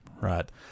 right